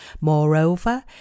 Moreover